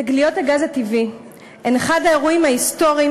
תגליות הגז הטבעי הן אחד האירועים ההיסטוריים